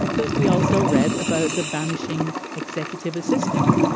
but we also read about the vanishing executive assistant.